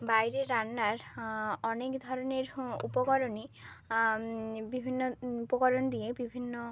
বাইরের রান্নার অনেক ধরনের হঁ উপকরণই বিভিন্ন উপকরণ দিয়ে বিভিন্ন